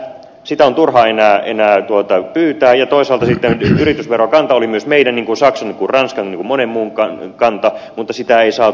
sitä on turha enää pyytää ja toisaalta yritysverokanta oli myös meidän niin kuin saksan ja ranskan ja monen muun kanta mutta sitä ei saatu